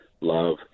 Love